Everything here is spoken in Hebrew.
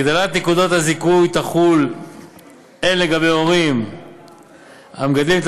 הגדלת נקודות הזיכוי תחול הן על הורים המגדלים את